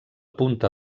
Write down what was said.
punta